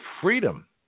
freedom